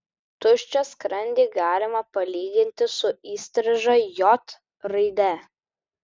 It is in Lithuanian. tuščią skrandį galima palyginti su įstriža j raide